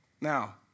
Now